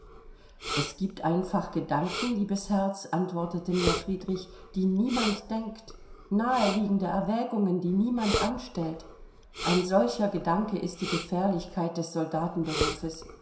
es gibt einfach gedanken liebes herz antwortete mir friedrich die niemand denkt naheliegende erwägungen die niemand anstellt ein solcher gedanke ist die gefährlichkeit des